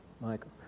Michael